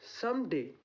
someday